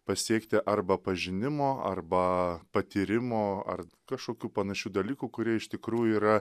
pasiekti arba pažinimo arba patyrimo ar kašokių panašių dalykų kurie iš tikrųjų yra